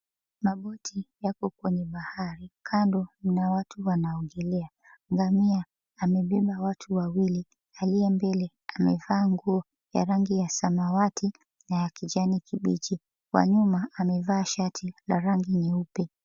Maboti yako kwenye bahari, kando kuna watu wanaoogelea. Ngamia amebeba watu wawili aliye mbele amevaa nguo ya rangi ya samawati na ya kijani kibichi, wa nyuma amevaa shati la rangi nyeupe.